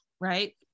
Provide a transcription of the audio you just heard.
right